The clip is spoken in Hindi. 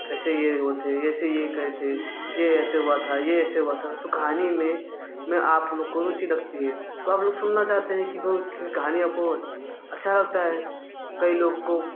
ऐसे ही ये हुए थे ऐसे ये कहे थे ये ऐसे हुआ था ये ऐसे हुआ था तो कहानी में में आप लोग को रुचि रखती है तो आप लोग सुनना चाहते हैं कि बहुत कहानियाँ को अच्छा लगता है कई लोग को